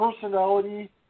personality